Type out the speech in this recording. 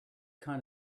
kind